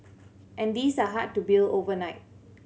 and these are hard to build overnight